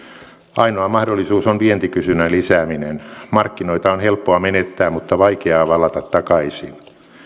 ainoa mahdollisuus on vientikysynnän lisääminen markkinoita on helppoa menettää mutta vaikeaa vallata takaisin